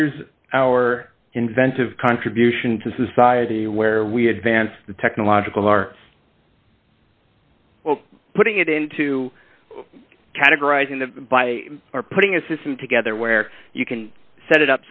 here's our inventive contribution to society where we had vance the technological are putting it into categorizing the by putting a system together where you can set it